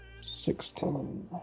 Sixteen